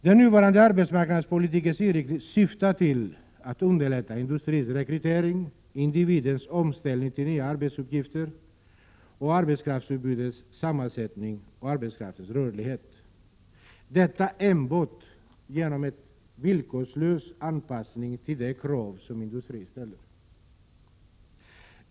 Den aktuella arbetsmarknadspolitikens inriktning syftar till att underlätta industrins rekrytering, individens omställning till nya arbetsuppgifter och arbetskraftsutbudets sammansättning och arbetskraftens rörlighet, vilket skall åstadkommas enbart med hjälp av en villkorslös anpassning till de krav som industrin ställer.